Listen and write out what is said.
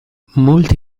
molti